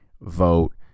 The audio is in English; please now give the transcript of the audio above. vote